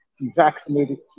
vaccinated